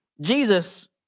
Jesus